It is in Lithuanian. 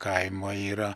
kaimo yra